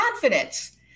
confidence